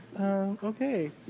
okay